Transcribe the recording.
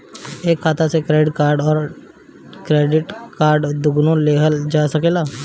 एक खाता से डेबिट कार्ड और क्रेडिट कार्ड दुनु लेहल जा सकेला?